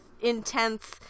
intense